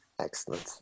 Excellent